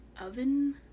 oven